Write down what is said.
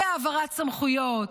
בהעברת סמכויות,